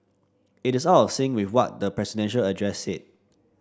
it is out of sync with what the presidential address said